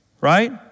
Right